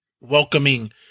welcoming